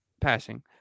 passing